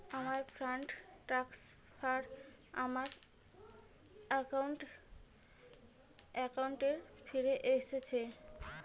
আমার fund transfer আমার অ্যাকাউন্টে ফিরে এসেছে